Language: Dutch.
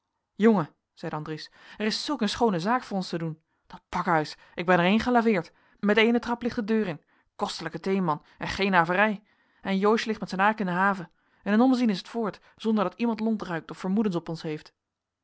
jongen zeide andries er is zulk een schoone zaak voor ons te doen dat pakhuis ik ben er heen gelaveerd met eenen trap ligt de deur in kostelijke thee man en geen averij en joosje ligt met zijn aak in de haven in een ommezien is het voort zonder dat iemand lont ruikt of vermoedens op ons heeft